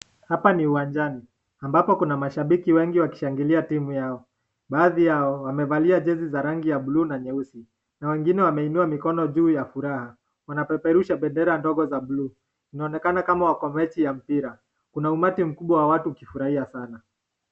Hapa ni uwanjani, ambapo kuna mashabiki wengi wakishangilia timu yao. Baadhi yao wamevalia jezi za rangi ya bluu na nyeusi, na wengine wameinua mikono juu ya furaha. Wanapeperusha bendera ndogo za bluu, inaonekana kama wako mechi ya mpira. Kuna umati mkubwa wa watu ukifurahia sana.